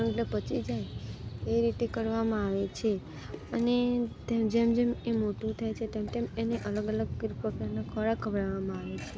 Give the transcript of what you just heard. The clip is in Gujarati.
એટલે પચી જાય એ રીતે કરવામાં આવે છે અને તે જેમ જેમ એ મોટું થાય છે તેમ તેમ એને અલગ અલગ કઈ પ્રકારના ખોરાક ખવડાવવામાં આવે છે